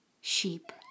sheep